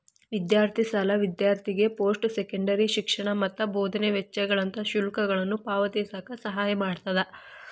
ವಿದ್ಯಾರ್ಥಿ ಸಾಲ ವಿದ್ಯಾರ್ಥಿಗೆ ಪೋಸ್ಟ್ ಸೆಕೆಂಡರಿ ಶಿಕ್ಷಣ ಮತ್ತ ಬೋಧನೆ ವೆಚ್ಚಗಳಂತ ಶುಲ್ಕಗಳನ್ನ ಪಾವತಿಸಕ ಸಹಾಯ ಮಾಡ್ತದ